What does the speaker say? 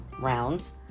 rounds